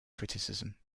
criticism